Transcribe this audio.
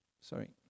Sorry